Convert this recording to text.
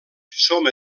som